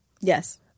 Yes